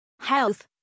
Health